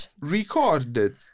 recorded